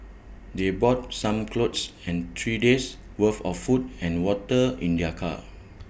they brought some clothes and three days' worth of food and water in their car